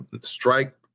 strike